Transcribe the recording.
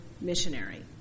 missionary